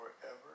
forever